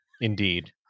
Indeed